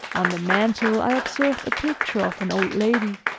on the mantel, i observed a picture of an old lady.